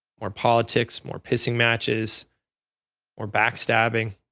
more politics, more pissing matches or backstabbing,